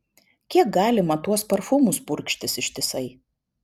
kiek galima tuos parfumus purkštis ištisai